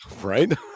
Right